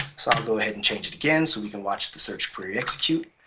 so i'll go ahead and change it again so we can watch the search query execute.